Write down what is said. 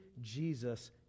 Jesus